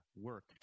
work